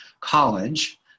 college